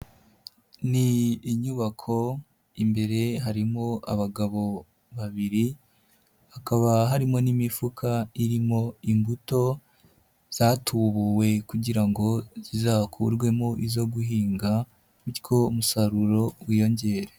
Ni inyubako imbere harimo abagabo babiri, hakaba harimo n'imifuka irimo imbuto zatubuwe kugira ngo zizakurwemo izo guhinga, bityo umusaruro wiyongere.